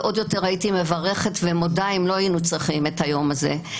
ועוד יותר הייתי מברכת ומודה אם לא היינו צריכים את היום הזה,